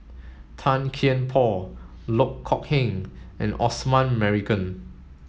Tan Kian Por Loh Kok Heng and Osman Merican